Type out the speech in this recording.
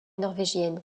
norvégienne